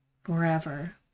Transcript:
forever